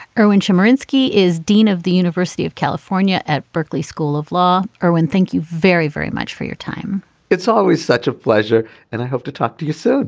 erwin chemerinsky is dean of the university of california at berkeley school of law. erwin thank you very very much for your time it's always such a pleasure and i hope to talk to you soon